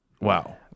wow